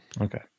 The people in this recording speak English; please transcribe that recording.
Okay